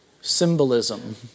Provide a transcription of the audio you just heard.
symbolism